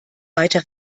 weiter